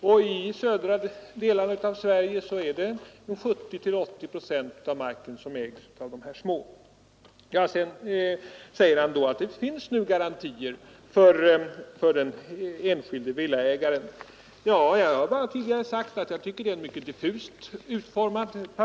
Det är 70—80 procent av marken om man enbart ser till de södra delarna av Sverige, som ägs av dessa små. Statsrådet Lidbom sade att det nu finns garantier för den enskilde villaägaren. Jag har tidigare sagt att paragrafen är mycket diffust utformad.